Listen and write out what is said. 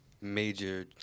major